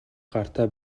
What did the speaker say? гартаа